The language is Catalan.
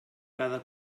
cada